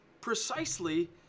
precisely